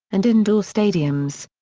and indoor stadiums.